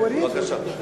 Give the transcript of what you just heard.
בבקשה.